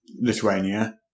Lithuania